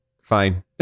fine